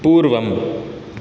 पूर्वम्